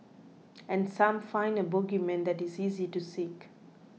and some find a bogeyman that is easy to seek